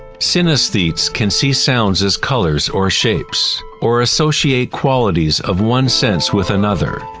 synesthetes can see sounds as colors or shapes or associate qualities of one sense with another.